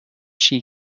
she